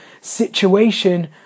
situation